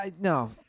no